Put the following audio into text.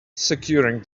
securing